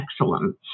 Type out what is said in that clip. excellence